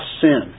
sin